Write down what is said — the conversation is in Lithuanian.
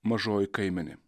mažoji kaimenė